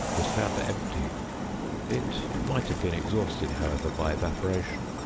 was found empty it might have been exhausted, however, by evaporation.